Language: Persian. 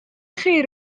خیر